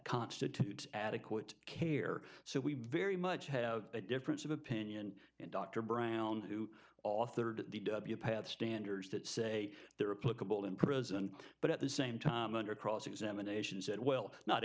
constitutes adequate care so we very much have a difference of opinion in dr brown who authored the path standards that say there are political in prison but at the same time under cross examination said well not